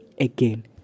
again